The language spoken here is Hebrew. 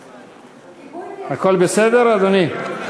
הכול בסדר, אדוני?